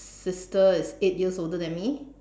sister is eight years older than me